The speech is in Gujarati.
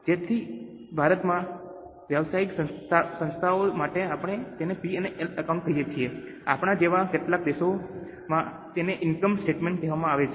તેથી ભારતમાં વ્યવસાયિક સંસ્થાઓ માટે આપણે તેને P અને L એકાઉન્ટ કહીએ છીએ આપણાં જેવા કેટલાક દેશોમાં તેને ઇનકમ સ્ટેટમેન્ટ કહેવામાં આવે છે